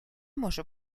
може